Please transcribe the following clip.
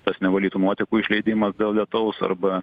tas nevalytų nuotekų išleidimas dėl lietaus arba